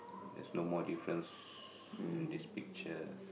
there's no more difference in this picture